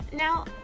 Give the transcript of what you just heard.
Now